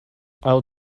i’ll